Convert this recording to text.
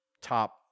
top